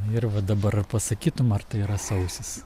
ir va dabar ar pasakytum ar tai yra sausis